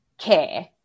care